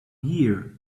here